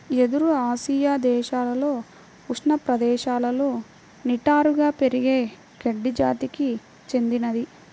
వెదురు ఆసియా దేశాలలో ఉష్ణ ప్రదేశాలలో నిటారుగా పెరిగే గడ్డి జాతికి చెందినది